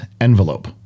envelope